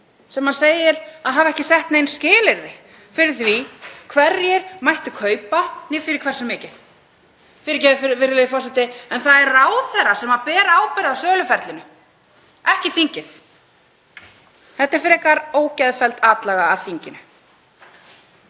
sem hann segir að hafi ekki sett nein skilyrði fyrir því hverjir mættu kaupa né fyrir hversu mikið. Fyrirgefið, virðulegur forseti, en það er ráðherra sem ber ábyrgð á söluferlinu, ekki þingið. Þetta er frekar ógeðfelld atlaga að þinginu.